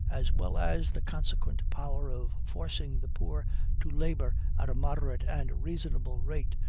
as well as the consequent power of forcing the poor to labor at a moderate and reasonable rate,